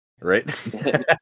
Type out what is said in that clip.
right